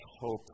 hope